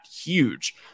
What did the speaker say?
huge